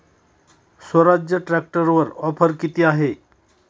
स्वराज्य ट्रॅक्टरवर ऑफर किती आहे?